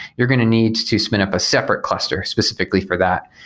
you're going to need to spin up a separate cluster specifically for that.